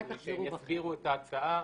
הם יסבירו את ההצעה.